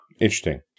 Interesting